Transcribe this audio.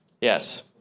Yes